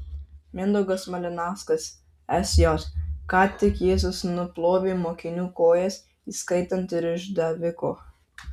mindaugas malinauskas sj ką tik jėzus nuplovė mokinių kojas įskaitant ir išdaviko